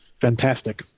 fantastic